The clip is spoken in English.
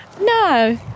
no